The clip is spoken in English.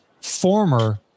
former